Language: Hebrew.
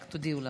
רק תודיעו לנו.